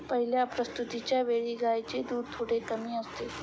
पहिल्या प्रसूतिच्या वेळी गायींचे दूध थोडे कमी असते